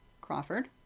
Crawford